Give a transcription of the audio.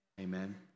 Amen